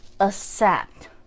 accept